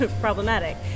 problematic